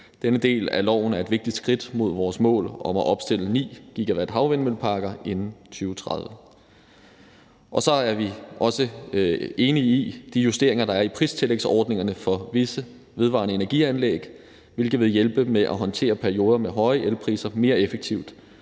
Denne del af lovforslaget er et vigtigt skridt mod vores mål om at opstille 9 GW havvindmølleparker inden 2030. Så er vi også enige i de justeringer, der er i pristillægsordningerne for visse vedvarende energi-anlæg, hvilket vil hjælpe os med at håndtere perioder med høje elpriser mere effektivt